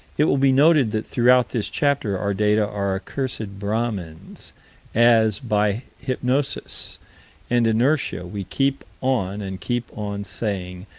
it will be noted that throughout this chapter our data are accursed brahmins as, by hypnosis and inertia, we keep on and keep on saying,